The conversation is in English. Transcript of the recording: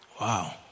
Wow